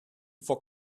for